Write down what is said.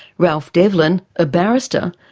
ralph devlin, a barrister,